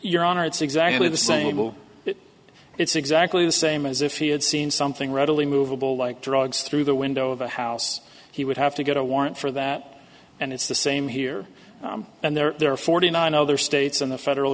your honor it's exactly the same will it it's exactly the same as if he had seen something readily movable like drugs through the window of a house he would have to get a warrant for that and it's the same here and there there are forty nine other states in the federal